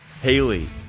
haley